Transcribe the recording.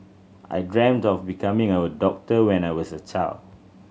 I dreamt of becoming a doctor when I was a child